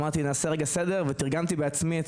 החלטתי לעשות סדר ותרגמתי בעצמי לרוסית את